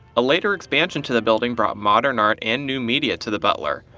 a later expansion to the building brought modern art and new media to the butler.